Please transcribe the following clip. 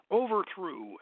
overthrew